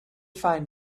find